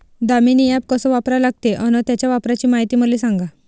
Damini app कस वापरा लागते? अन त्याच्या वापराची मायती मले सांगा